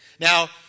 Now